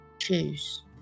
choose